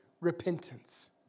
repentance